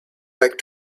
back